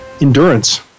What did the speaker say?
endurance